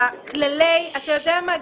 כְלָלֵי אתה יודע מה,